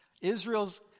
Israel's